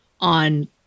on